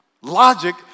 logic